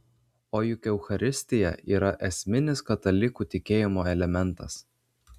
o juk eucharistija yra esminis katalikų tikėjimo elementas